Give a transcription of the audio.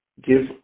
give